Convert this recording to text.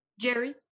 Jerry